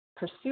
Pursue